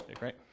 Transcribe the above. right